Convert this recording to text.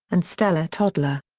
and stella toddler.